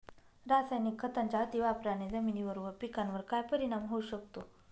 रासायनिक खतांच्या अतिवापराने जमिनीवर व पिकावर काय परिणाम होऊ शकतो?